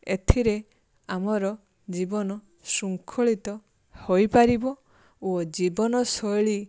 ଏଥିରେ ଆମର ଜୀବନ ଶୃଙ୍ଖଳିତ ହୋଇପାରିବ ଓ ଜୀବନଶୈଳୀ